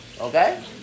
Okay